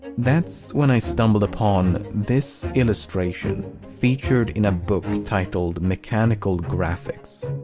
that's when i stumbled upon this illustration featured in a book titled mechanical graphics.